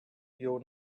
you